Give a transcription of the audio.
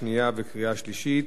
חוק ומשפט להכנה לקריאה שנייה ושלישית.